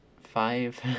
five